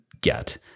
get